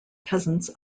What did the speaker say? peasants